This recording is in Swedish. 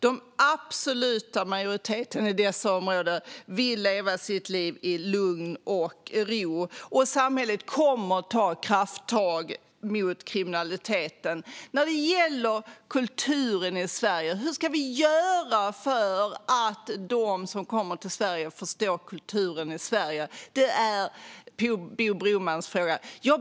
Den absoluta majoriteten i dessa områden vill leva sitt liv i lugn och ro. Samhället kommer att ta krafttag mot kriminaliteten. Bo Bromans fråga gällde kulturen i Sverige och hur vi ska göra för att de som kommer till Sverige ska förstå kulturen här.